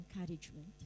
encouragement